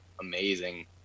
Amazing